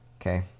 Okay